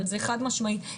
אבל זה חד משמעי,